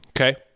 okay